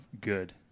good